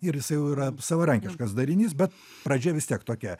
ir jisai jau yra savarankiškas darinys bet pradžia vis tiek tokia